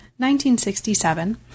1967